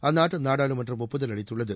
அந்நாட்டு நாடாளுமன்றம் ஒப்புதல் அளித்துள்ளது